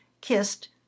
kissed